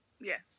Yes